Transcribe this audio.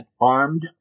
armed